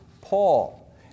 Paul